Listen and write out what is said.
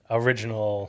original